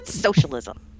socialism